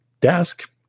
desk